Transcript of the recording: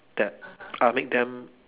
that uh make them